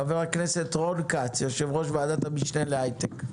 חבר הכנסת רון כץ, יושב-ראש ועדת המשנה להייטק.